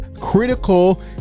Critical